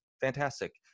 Fantastic